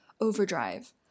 overdrive